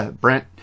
Brent